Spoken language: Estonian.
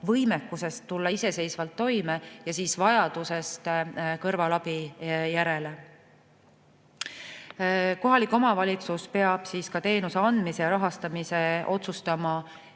võimekusest tulla iseseisvalt toime ja tema vajadusest kõrvalabi järele. Kohalik omavalitsus peab ka teenuse andmise ja rahastamise otsustama